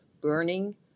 burning